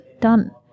done